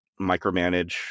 micromanage